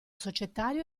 societario